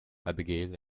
abigail